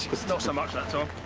so so much that so